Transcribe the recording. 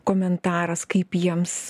komentaras kaip jiems